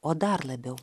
o dar labiau